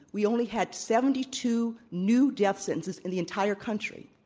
we only had seventy two new death s entences in the entire country.